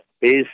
based